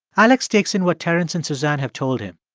alex takes in what terence and suzanne have told him.